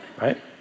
right